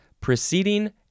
preceding